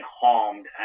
harmed